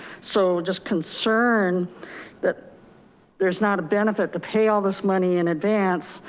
so just concern that there's not a benefit to pay all this money in advance,